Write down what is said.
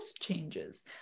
changes